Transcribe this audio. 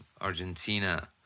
Argentina